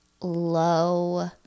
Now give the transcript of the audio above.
low